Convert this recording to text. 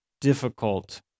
difficult